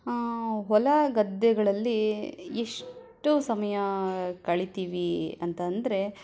ಹೊಲ ಗದ್ದೆಗಳಲ್ಲಿ ಎಷ್ಟು ಸಮಯ ಕಳೀತೀವಿ ಅಂತಂದರೆ